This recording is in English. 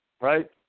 right